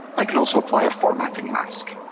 i can also apply a formatting mask.